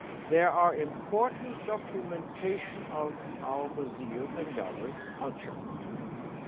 there are important documentation of our museum and gallery culture.